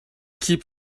keep